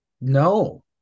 no